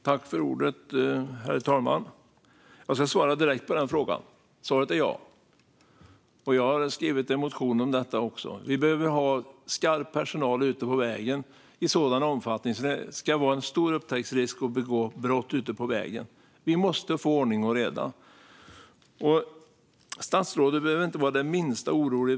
Herr talman! Jag ska svara direkt på den frågan. Svaret är ja. Jag har också skrivit en motion om detta. Vi behöver ha skarp personal ute på vägen i en sådan omfattning att det ska vara en stor upptäcktsrisk att begå brott ute på vägen. Vi måste få ordning och reda. Statsrådet behöver inte vara det minsta orolig.